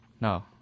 No